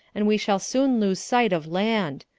and we shall soon lose sight of land.